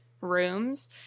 rooms